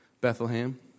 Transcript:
Bethlehem